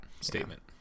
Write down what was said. statement